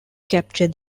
capture